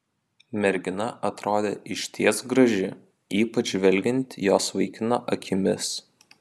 mergina atrodė išties graži ypač žvelgiant jos vaikino akimis